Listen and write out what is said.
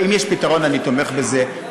אם יש פתרון, אני תומך בזה.